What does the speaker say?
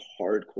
hardcore